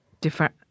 Different